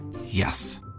Yes